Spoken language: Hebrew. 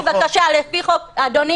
הגשתי בקשה לפי חוק --- זה לא נכון.